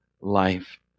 life